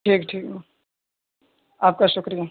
ٹھیک ٹھیک ہے آپ کا شکریہ